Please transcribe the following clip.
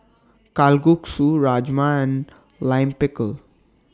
Kalguksu Rajma and Lime Pickle